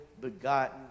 begotten